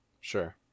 Sure